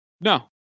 no